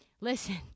listen